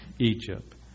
Egypt